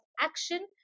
action